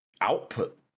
output